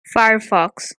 firefox